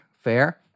fair